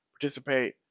participate